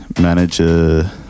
manager